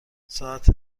ساعت